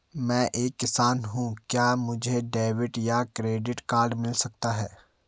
मैं एक किसान हूँ क्या मुझे डेबिट या क्रेडिट कार्ड मिल सकता है?